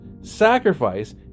sacrifice